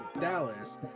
Dallas